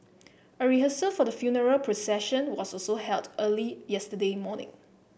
a rehearsal for the funeral procession was also held early yesterday morning